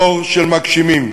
דור של מגשימים.